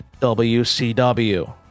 wcw